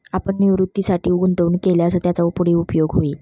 आपण निवृत्तीसाठी गुंतवणूक केल्यास त्याचा पुढे उपयोग होईल